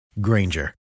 Granger